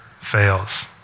fails